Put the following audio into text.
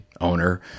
owner